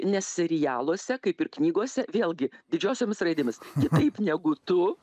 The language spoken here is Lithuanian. nes serialuose kaip ir knygose vėlgi didžiosiomis raidėmis kitaip negu tu